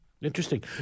Interesting